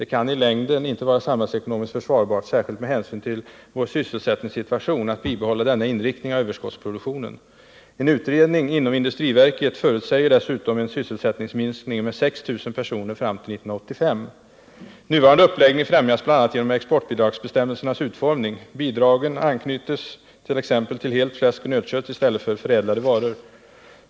Det kan i längden inte vara samhällsekonomiskt försvarbart — särskilt med hänsyn till vår sysselsättningssituation — att bibehålla denna inriktning av överskottsproduktionen. En utredning inom industriverket förutsäger dessutom en sysselsättningsminskning med 6 000 personer fram till 1985. Nuvarande uppläggning främjas bl.a. genom exportbidragsbestämmelsernas utformning. Bidragen anknyts t.ex. till helt fläsk och nötkött i stället för till förädlade varor.